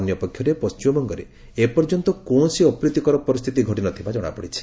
ଅନ୍ୟପକ୍ଷରେ ପଶ୍ଚିମବଙ୍ଗରେ ଏପର୍ଯ୍ୟନ୍ତ କୌଣସି ଅପ୍ରୀତିକର ପରିସ୍ଥିତି ଘଟିନଥିବା ଜଣାପଡ଼ିଛି